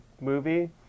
movie